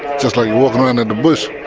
just like you're walking around in the bush,